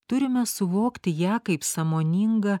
turime suvokti ją kaip sąmoningą